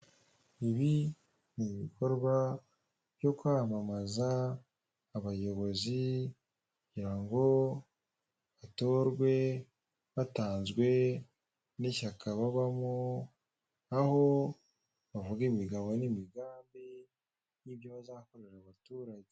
Ibi ni ibikorwa byo kwamamaza abayobozi kugira ngo batorwe batanzwe n'ishyaka babamo aho bavuga imigabo n'imigambi n'ibyo bazakorera abaturage.